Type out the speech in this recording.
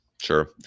Sure